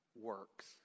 Works